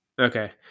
Okay